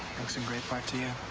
thanks in great part to you.